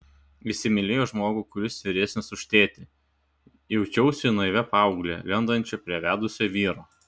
įsimylėjo žmogų kuris vyresnis už tėtį jaučiausi naivia paaugle lendančia prie vedusio vyro